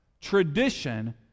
Tradition